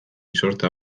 sorta